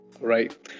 right